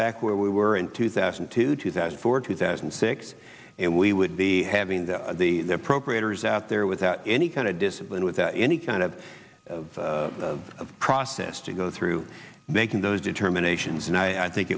back where we were in two thousand to two thousand for two thousand and six and we would be having that the appropriators out there without any kind of discipline without any kind of of process to go through making those determinations and i think